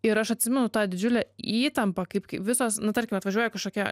ir aš atsimenu tą didžiulę įtampą kaip visos nu tarkim atvažiuoja kažkokia